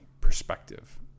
perspective